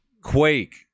Quake